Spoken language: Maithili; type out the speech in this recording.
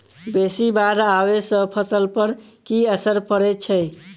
बेसी बाढ़ आबै सँ फसल पर की असर परै छै?